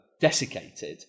desiccated